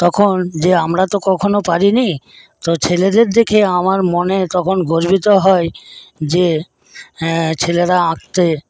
তখন যে আমরা কখনো তো পারিনি তো ছেলেদের দেখে আমার মনে তখন গর্বিত হয় যে হ্যাঁ ছেলেরা আঁকতে